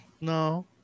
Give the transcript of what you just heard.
No